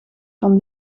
van